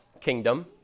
kingdom